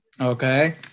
Okay